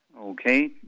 Okay